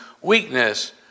weakness